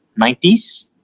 90s